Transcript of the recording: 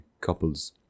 couples